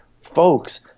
folks